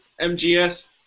MGS